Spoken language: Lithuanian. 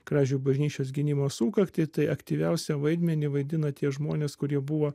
kražių bažnyčios gynimo sukaktį tai aktyviausią vaidmenį vaidino tie žmonės kurie buvo